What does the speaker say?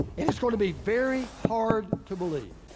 and it's going to be very hard to believe.